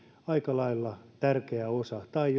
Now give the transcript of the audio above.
aika lailla tärkeä osa tai